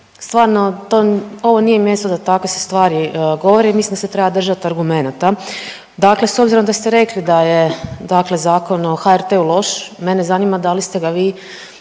Stvarno to, ovo nije mjesto da takve se stvari govore, ja mislim da se treba držat argumenata. Dakle s obzirom da ste rekli da je dakle Zakon o HRT-u loš mene zanima da li ste ga vi,